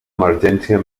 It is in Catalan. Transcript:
emergència